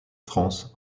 france